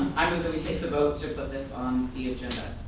i move that we take the vote to put this on the agenda.